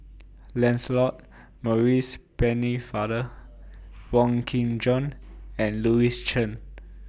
Lancelot Maurice Pennefather Wong Kin Jong and Louis Chen